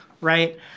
right